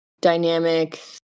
dynamics